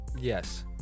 Yes